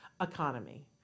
economy